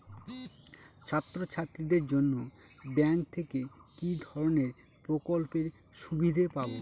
ছাত্রছাত্রীদের জন্য ব্যাঙ্ক থেকে কি ধরণের প্রকল্পের সুবিধে পাবো?